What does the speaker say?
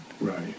Right